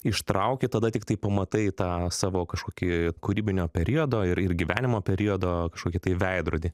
ištrauki tada tiktai pamatai tą savo kažkokį kūrybinio periodo ir ir gyvenimo periodo kažkokį tai veidrodį